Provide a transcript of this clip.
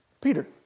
Peter